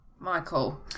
Michael